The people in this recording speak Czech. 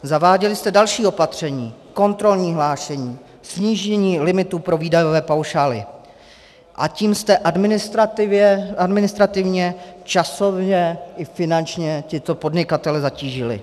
Zaváděli jste další opatření, kontrolní hlášení, snížení limitu pro výdajové paušály, a tím jste administrativně, časově i finančně tyto podnikatele zatížili.